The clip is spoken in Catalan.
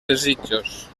desitjos